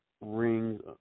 rings